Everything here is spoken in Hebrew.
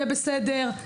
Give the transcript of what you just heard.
יהיה בסדר,